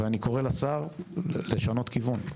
ואני קורא לשר לשנות כיוון,